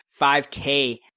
5k